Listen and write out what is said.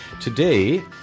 Today